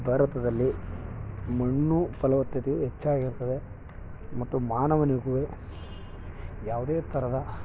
ಭಾರತದಲ್ಲಿ ಮಣ್ಣು ಫಲವತ್ತತೆಯು ಹೆಚ್ಚಾಗಿರ್ತದೆ ಮತ್ತು ಮಾನವನಿಗೂ ಯಾವುದೇ ಥರದ